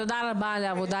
תודה רבה, הישיבה